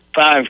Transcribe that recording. five